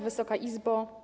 Wysoka Izbo!